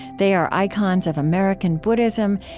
they are icons of american buddhism,